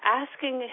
asking